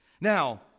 Now